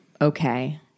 okay